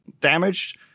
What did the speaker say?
damaged